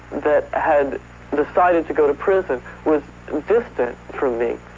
that had decided to go to prison was distant from me,